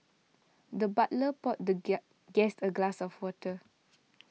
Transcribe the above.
the butler poured the guest a glass of water